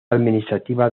administrativa